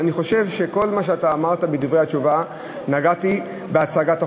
ואני חושב שבכל מה שאתה אמרת בדברי התשובה נגעתי בהצגת החוק.